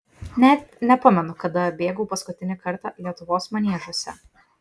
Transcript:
net nepamenu kada bėgau paskutinį kartą lietuvos maniežuose